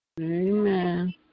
Amen